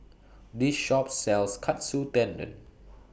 This Shop sells Katsu Tendon